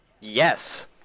Yes